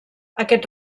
aquest